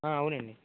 అవునండి